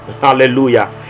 hallelujah